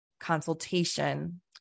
consultation